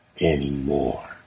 anymore